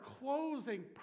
closing